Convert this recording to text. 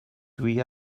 dwi